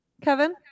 Kevin